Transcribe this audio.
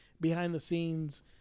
behind-the-scenes